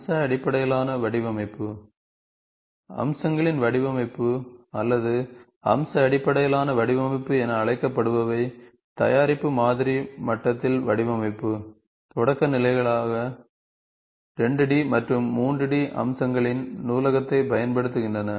அம்ச அடிப்படையிலான வடிவமைப்பு அம்சங்களின் வடிவமைப்பு அல்லது அம்ச அடிப்படையிலான வடிவமைப்பு என அழைக்கப்படுபவை தயாரிப்பு மாதிரி மட்டத்தில் வடிவமைப்பு தொடக்க நிலைகளாக 2D மற்றும் 3D அம்சங்களின் நூலகத்தைப் பயன்படுத்துகின்றன